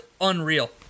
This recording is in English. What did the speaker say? unreal